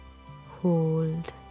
hold